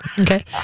Okay